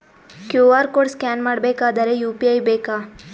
QR code scan ಮಾಡಬೇಕಾದರೆ UPI ಬೇಕಾ?